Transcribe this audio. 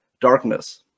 Darkness